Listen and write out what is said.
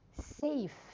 safe